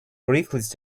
reckless